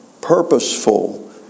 purposeful